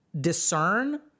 discern